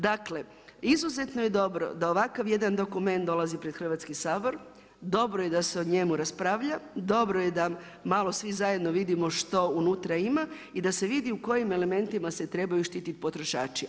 Dakle, izuzetno je dobro da ovakav jedan dokument dolazi pred Hrvatski sabor, dobro je da se o njemu raspravlja, dobro je da malo svi zajedno vidimo što unutra ima i da se vidi u kojim elementima se trebaju štititi potrošači.